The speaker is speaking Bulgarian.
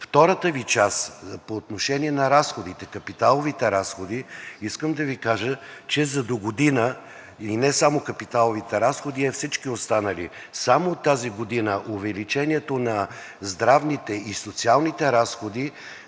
Втората Ви част по отношение на капиталовите разходи, искам да Ви кажа, че за догодина и не само капиталовите разходи, а всички останали, само от тази година увеличението на здравните и социалните разходи